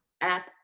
app